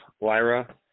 Lyra